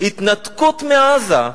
התנתקות מעזה,